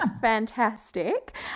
fantastic